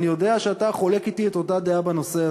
אני יודע שאתה חולק אתי את אותה דעה בנושא הזה.